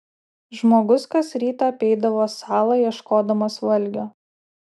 žmogus kas rytą apeidavo salą ieškodamas valgio